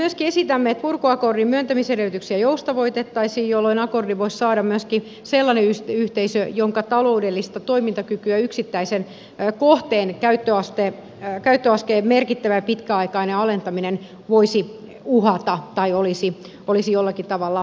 myöskin esitämme että purkuakordin myöntämisedellytyksiä joustavoitettaisiin jolloin akordin voisi saada myöskin sellainen yhteisö jonka taloudellista toimintakykyä yksittäisen kohteen käyttöasteen merkittävä pitkäaikainen alentaminen voisi uhata tai olisi jollakin tavalla epävakautta luova